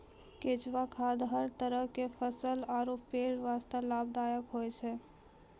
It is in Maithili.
केंचुआ खाद हर तरह के फसल आरो पेड़ वास्तॅ लाभदायक होय छै